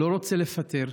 לא רוצה לפטר.